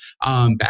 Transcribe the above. Back